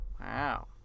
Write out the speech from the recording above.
Wow